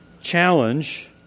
challenge